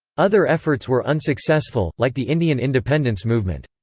other efforts were unsuccessful, like the indian independence movement.